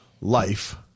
life